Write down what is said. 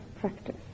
practice